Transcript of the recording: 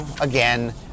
again